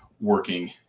working